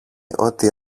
ότι